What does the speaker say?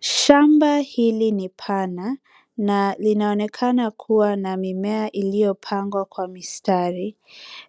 Shamba hili ni pana na linaonekana kua na mimea iliyopangwa kwa mistari